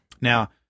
Now